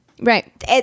Right